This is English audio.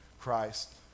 Christ